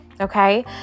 Okay